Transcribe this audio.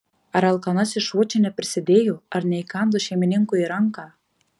ar alkanasis šuo čia neprisidėjo ar neįkando šeimininkui į ranką